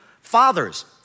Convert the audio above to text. fathers